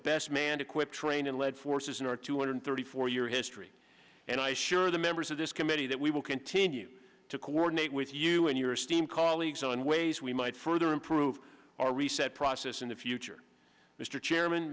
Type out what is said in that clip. best manned equipped trained and led forces in our two hundred thirty four year history and i share the members of this committee that we will continue to coordinate with you and your esteemed colleagues on ways we might further improve our reset process in the future mr chairman